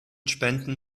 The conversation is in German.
spenden